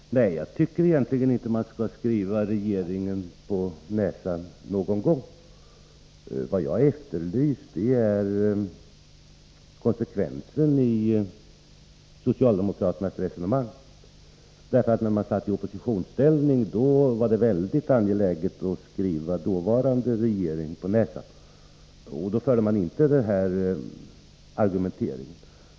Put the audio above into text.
Herr talman! Jag tycker egentligen inte att man skall skriva regeringen någonting på näsan någon gång. Vad jag har efterlyst är konsekvensen i socialdemokraternas resonemang. När socialdemokraterna satt i oppositionsställning var det mycket angeläget att skriva dåvarande regeringen på näsan vad den inte hade gjort. Då förde ni inte den här argumenteringen.